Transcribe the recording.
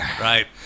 Right